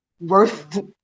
worth